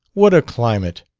what a climate!